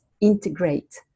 integrate